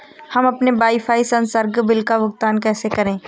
हम अपने वाईफाई संसर्ग बिल का भुगतान कैसे करें?